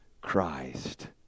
Christ